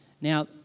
Now